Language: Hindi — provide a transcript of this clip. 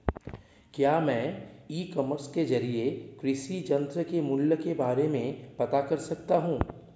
क्या मैं ई कॉमर्स के ज़रिए कृषि यंत्र के मूल्य के बारे में पता कर सकता हूँ?